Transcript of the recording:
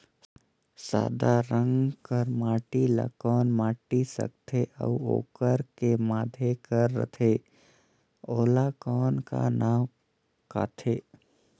सादा रंग कर माटी ला कौन माटी सकथे अउ ओकर के माधे कर रथे ओला कौन का नाव काथे?